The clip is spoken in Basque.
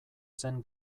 zen